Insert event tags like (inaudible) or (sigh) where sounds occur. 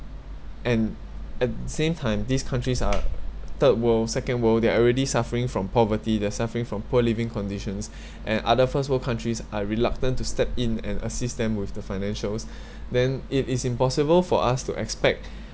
and at the same time these countries are (noise) third world second world they are already suffering from poverty they're suffering from poor living conditions and other first world countries are reluctant to step in and assist them with the financials (breath) then it is impossible for us to expect (breath)